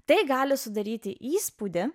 tai gali sudaryti įspūdį